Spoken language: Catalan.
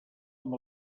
amb